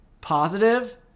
positive